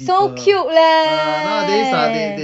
so cute leh